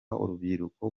urubyiruko